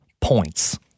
points